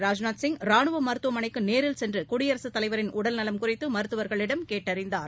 ராஜ்நாத் சிங் ராணுவ மருத்துவமனைக்கு நேரில் சென்று குடியரசுத் தலைவரின் உடல்நலம் குறித்து மருத்துவர்களிடம் கேட்டறிந்தார்